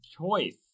choice